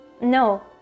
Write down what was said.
No